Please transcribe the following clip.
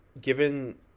given